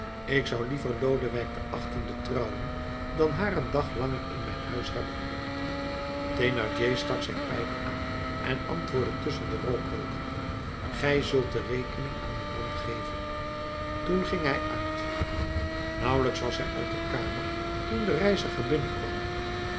ik zou liever lodewijk xviii trouwen dan haar een dag langer in mijn huis hebben thénardier stak zijn pijp aan en antwoordde tusschen de rookwolken gij zult de rekening aan den man geven toen ging hij uit nauwelijks was hij uit de kamer toen de reiziger binnenkwam